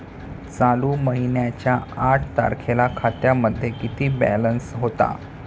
चालू महिन्याच्या आठ तारखेला खात्यामध्ये किती बॅलन्स होता?